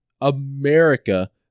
America